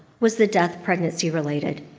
was the death pregnancy-related?